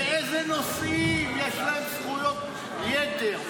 באיזה נושאים יש להם זכויות יתר?